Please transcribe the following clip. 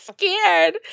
scared